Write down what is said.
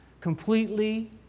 completely